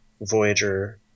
voyager